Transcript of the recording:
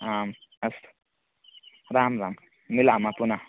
आम् अस्तु राम् राम् मिलामः पुनः